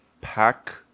Pack